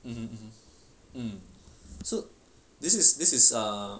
mm mm so this is this is err